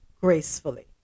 gracefully